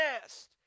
nest